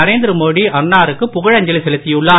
Narendra Modi அன்னாருக்குப்புகழஞ்சலிசெலுத்தியுள்ளார்